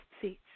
seats